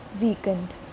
weakened